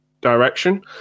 direction